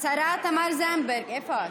השרה תמר זנדברג, איפה את?